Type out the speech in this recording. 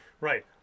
Right